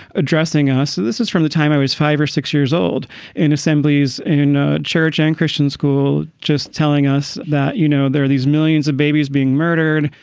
addressing us. this is from the time i was five or six years old in assemblies, in ah church and christian school, just telling us that, you know, there are these millions of babies being murdered.